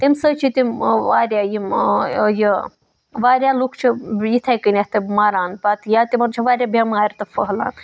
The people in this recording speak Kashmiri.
تمہِ سۭتۍ چھِ تِم واریاہ یِم یہِ واریاہ لُکھ چھِ یِتھَے کٔنیٚتھ مَران پَتہٕ یا تِمَن چھِ واریاہ بیمارِ پتہٕ پھٔہلان